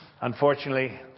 unfortunately